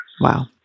Wow